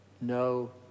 no